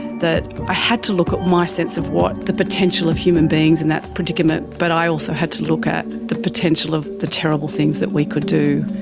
that i had to look at my sense of the potential of human beings in that predicament, but i also had to look at the potential of the terrible things that we could do.